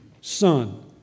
son